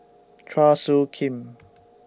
Chua Soo Khim